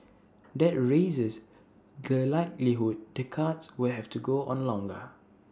that raises the likelihood the cuts would have to go on longer